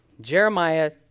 Jeremiah